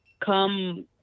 Come